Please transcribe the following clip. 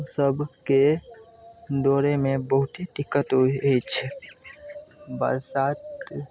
हमसबके दौड़यमे बहुत दिक्कत होइ अछि बरसात